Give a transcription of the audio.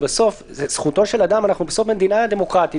בסוף זאת זכותו של אדם ואנחנו במדינה דמוקרטית.